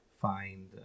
find